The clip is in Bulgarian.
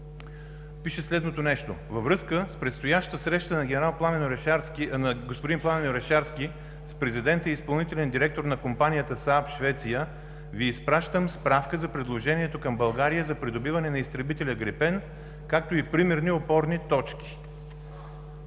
пише следното нещо: